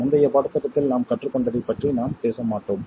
முந்தைய பாடத்திட்டத்தில் நாம் கற்றுக்கொண்டதைப் பற்றி நாம் பேச மாட்டோம்